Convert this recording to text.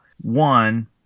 one